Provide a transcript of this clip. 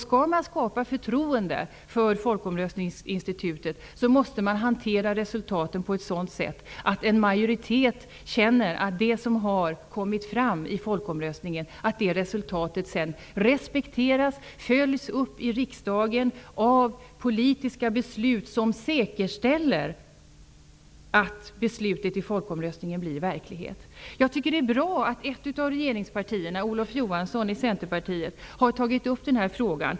Skall man skapa förtroende för folkomröstningsinstitutet måste man hantera resultaten på ett sådant sätt att en majoritet känner att det resultat som har kommit fram i folkomröstningen respekteras och följs upp i riksdagen av politiska beslut som säkerställer att beslutet i folkomröstningen blir verklighet. Jag tycker att det är bra att ett av regeringspartierna -- Olof Johanssons Centerparti -- har tagit upp den här frågan.